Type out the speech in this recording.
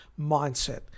mindset